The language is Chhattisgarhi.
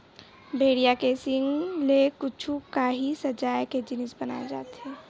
भेड़िया के सींग ले कुछु काही सजाए के जिनिस बनाए जाथे